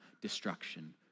destruction